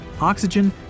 oxygen